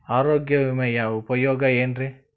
ಆರೋಗ್ಯ ವಿಮೆಯ ಉಪಯೋಗ ಏನ್ರೀ?